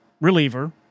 reliever